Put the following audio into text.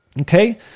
Okay